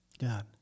God